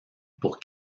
pour